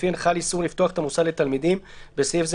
ולפיהן חל איסור לפתוח את המוסד לתלמידים (בסעיף זה,